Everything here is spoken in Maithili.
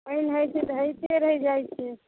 पानि होइ छै तऽ होयते रहि जाइ छै